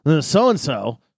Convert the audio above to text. so-and-so